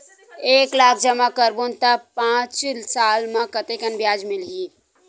एक लाख जमा करबो त पांच साल म कतेकन ब्याज मिलही?